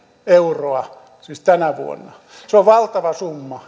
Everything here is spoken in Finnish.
euroa siis tänä vuonna se on valtava summa